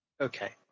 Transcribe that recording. Okay